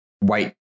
wait